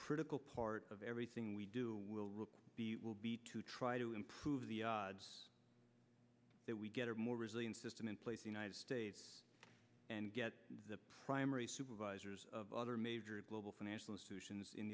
critical part of everything we do will report will be to try to improve the odds that we get are more resilient system in place united states and get the primary supervisors of other major global financial solutions in